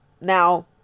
now